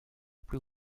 plus